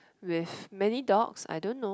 with many dogs I don't know